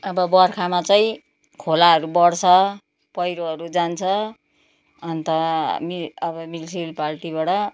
अब बर्खामा चाहिँ खोलाहरू बढ्छ पहिरोहरू जान्छ अन्त अब म्युनिसिपालिटीबाट